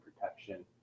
protection